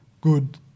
good